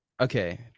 Okay